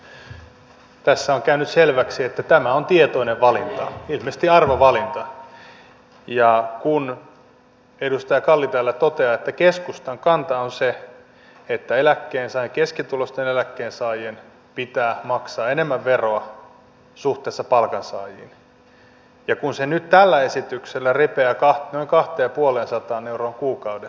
nyt tässä on käynyt selväksi että tämä on tietoinen valinta ilmeisesti arvovalinta ja kun edustaja kalli täällä toteaa että keskustan kanta on että keskituloisten eläkkeensaajien pitää maksaa enemmän veroa suhteessa palkansaajiin ja kun se nyt tällä esityksellä repeää noin kahteen ja puoleen sataan euroonkuukauden